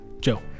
Joe